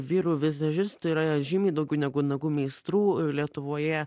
vyrų vizažistų yra žymiai daugiau negu nagų meistrų lietuvoje